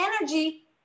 energy